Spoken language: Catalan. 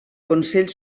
consell